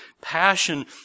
passion